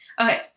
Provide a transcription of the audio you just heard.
Okay